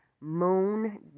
Moon